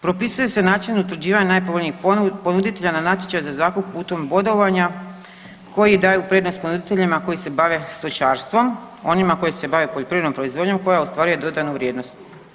Propisuje se način utvrđivanja najpovoljnijih ponuditelja na natječaj za zakup putem bodovanja koji daju prednost ponuditeljima koji se bave stočarstvom, onima koji se bave poljoprivrednom proizvodnjom koja ostvaruje dodanu vrijednost.